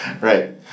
right